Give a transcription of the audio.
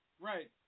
Right